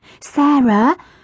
Sarah